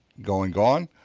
going gone,